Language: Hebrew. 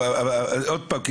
אבל עוד פעם,